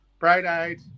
Bright-eyed